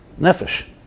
Nefesh